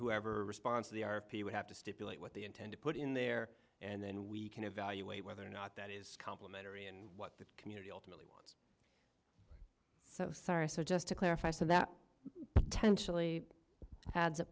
whoever response to the r p would have to stipulate what they intend to put in there and then we can evaluate whether or not that is complimentary and what the community ultimately so sorry so just to clarify so that